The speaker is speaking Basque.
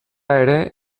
ere